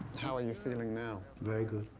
how are you feeling now? very good.